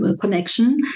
connection